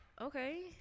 okay